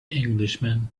englishman